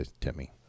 Timmy